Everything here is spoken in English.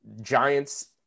Giants